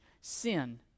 sin